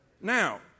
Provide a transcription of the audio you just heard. Now